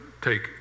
take